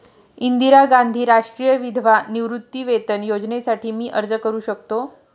इंदिरा गांधी राष्ट्रीय विधवा निवृत्तीवेतन योजनेसाठी मी अर्ज करू शकतो?